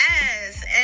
yes